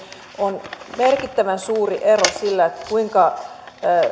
on merkittävän suuri ero on sillä kuinka